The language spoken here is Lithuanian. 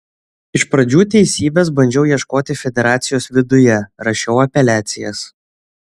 iš pradžių teisybės bandžiau ieškoti federacijos viduje rašiau apeliacijas